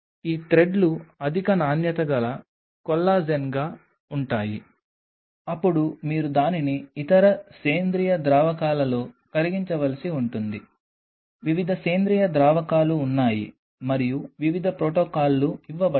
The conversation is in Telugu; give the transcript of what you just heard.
ఈ థ్రెడ్లు అధిక నాణ్యత గల కొల్లాజెన్గా ఉంటాయి అప్పుడు మీరు దానిని ఇతర సేంద్రీయ ద్రావకాలలో కరిగించవలసి ఉంటుంది వివిధ సేంద్రీయ ద్రావకాలు ఉన్నాయి మరియు వివిధ ప్రోటోకాల్లు ఇవ్వబడ్డాయి